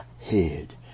head